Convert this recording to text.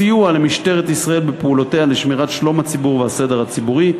סיוע למשטרת ישראל בפעולותיה לשמירת שלום הציבור והסדר הציבורי,